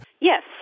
Yes